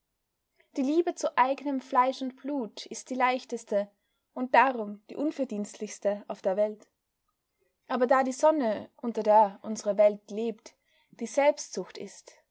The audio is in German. die liebe zu eignem fleisch und blut ist die leichteste und darum die unverdienstlichste auf der welt aber da die sonne unter der unsre welt lebt die selbstsucht ist